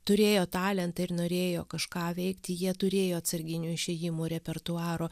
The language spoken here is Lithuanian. turėjo talentą ir norėjo kažką veikti jie turėjo atsarginių išėjimų repertuaro